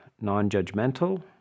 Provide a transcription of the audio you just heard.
non-judgmental